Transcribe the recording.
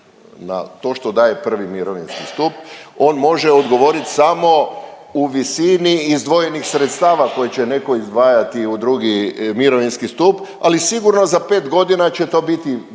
na to što daje I. mirovinski stup. On može odgovorit samo u visini izdvojenih sredstava koje će neko izdvajati u II. mirovinski stup, ali sigurno za 5.g. će to biti